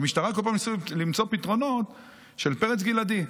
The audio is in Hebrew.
במשטרה כל פעם ניסו למצוא פתרונות לפרץ גלעדי.